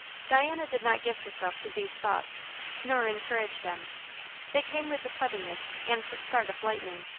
diana did not give herself to these thoughts nor encourage them they came with the suddenness and the start of lightning.